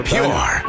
Pure